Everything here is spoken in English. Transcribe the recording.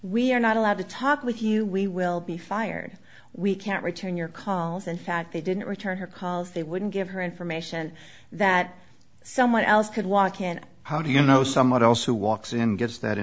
we are not allowed to talk with you we will be fired we can't return your calls in fact they didn't return her calls they wouldn't give her information that someone else could walk in how do you know someone else who walks in